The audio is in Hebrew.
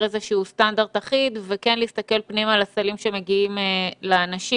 איזשהו סטנדרט אחיד וכן להסתכל פנימה לסלים שמגיעים לאנשים,